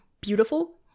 beautiful